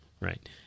right